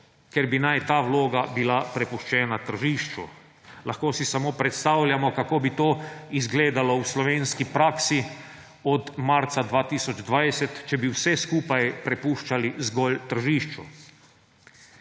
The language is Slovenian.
ker bi naj ta vloga bila prepuščena tržišču. Lahko si samo predstavljamo, kako bi to izgledalo v slovenski praksi od marca 2020, če bi vse skupaj prepuščali zgolj tržišču.